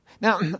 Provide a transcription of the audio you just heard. Now